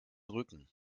rücken